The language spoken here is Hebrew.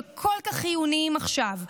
שכל כך חיוניים עכשיו,